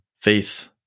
faith